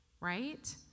right